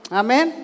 amen